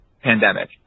pandemic